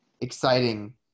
exciting